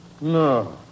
No